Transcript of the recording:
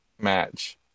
match